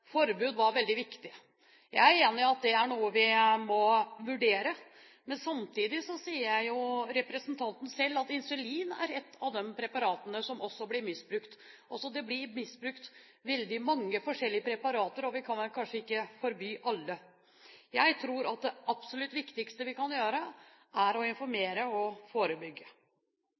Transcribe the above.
forbud var veldig viktig. Jeg er enig i at det er noe vi må vurdere, men samtidig sier jo representanten selv at insulin er ett av de preparatene som også blir misbrukt. Det blir misbrukt veldig mange forskjellige preparater, og vi kan vel kanskje ikke forby alle. Jeg tror at det absolutt viktigste vi kan gjøre, er å informere og forebygge.